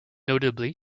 notably